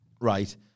Right